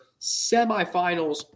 semifinals